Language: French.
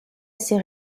assez